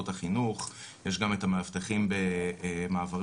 שעות טיסה של המערך